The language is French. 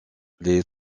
les